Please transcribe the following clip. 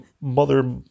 Mother